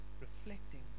reflecting